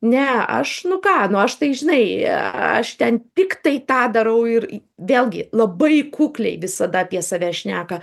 ne aš nu ką nu aš tai žinai aš ten tiktai tą darau ir vėlgi labai kukliai visada apie save šneka